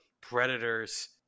predators